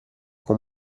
con